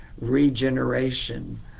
regeneration